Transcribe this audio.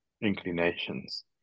inclinations